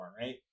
right